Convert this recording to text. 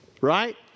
right